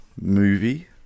movie